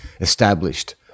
established